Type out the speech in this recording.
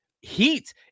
heat